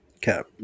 Cap